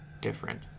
different